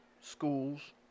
schools